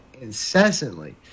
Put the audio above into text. incessantly